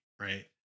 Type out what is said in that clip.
Right